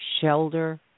shelter